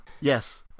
Yes